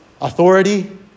Authority